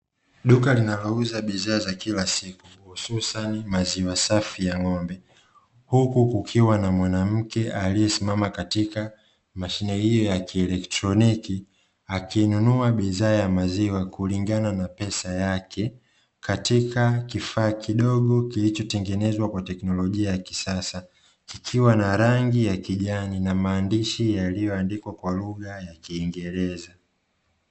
Duka linalouza bidhaa za kila siku hususani maziwa safi ya ng'ombe, huku kukiwa na mwanamke aliyesimama katika mashine hiyo ya kielektroniki, akinunua bidhaa ya maziwa kulingana na pesa yake; katika kifaa kidogo kilichotengenezwa kwa teknolojia ya kisasa; kikiwa na rangi ya kijani na maandishi yaliyoandikwa kwa lugha ya kiingereza.